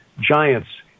giants